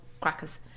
crackers